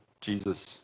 Jesus